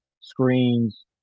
screens